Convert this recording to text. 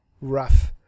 rough